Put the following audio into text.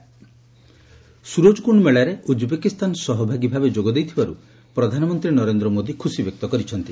PM Uzbekistan Surajkund ମେଳାରେ Uzbekistan ସହଭାଗୀ ଭାବେ ଯୋଗ ଦେଇଥିବାରୁ ପ୍ରଧାନମନ୍ତ୍ରୀ ନରେନ୍ଦ୍ର ମୋଦି ଖୁସି ବ୍ୟକ୍ତ କରିଛନ୍ତି